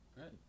Right